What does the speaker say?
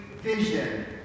vision